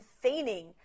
feigning